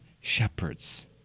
shepherds